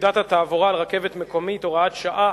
פקודת התעבורה על רכבת מקומית, הוראת שעה)